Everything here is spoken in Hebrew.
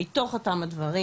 שמתוך אותם הדברים,